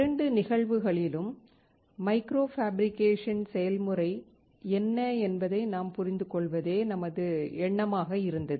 இரண்டு நிகழ்வுகளிலும் micro fabrication செயல்முறை என்ன என்பதை நாம் புரிந்து கொள்வதே நமது எண்ணமாக இருந்தது